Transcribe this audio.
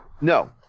No